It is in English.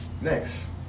Next